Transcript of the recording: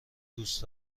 دوست